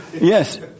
Yes